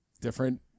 different